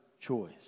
choice